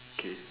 okay